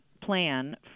plan